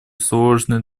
сложный